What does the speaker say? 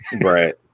Right